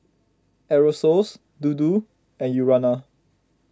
Aerosoles Dodo and Urana